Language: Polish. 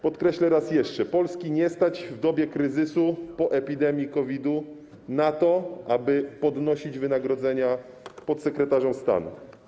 Podkreślę raz jeszcze: Polski nie stać w dobie kryzysu po epidemii COVID-u na to, aby podnosić wynagrodzenia podsekretarzom stanu.